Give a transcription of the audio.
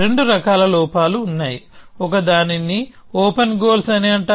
రెండు రకాల లోపాలు ఉన్నాయి ఒకదానిని ఓపెన్ గోల్స్ అని అంటారు